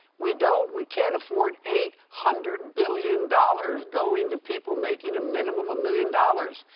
we don't we can't afford eight hundred billion dollars going to people making a minimum a million dollars.